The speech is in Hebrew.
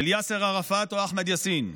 של יאסר ערפאת או אחמד יאסין.